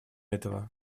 этого